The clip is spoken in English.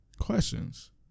questions